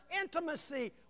intimacy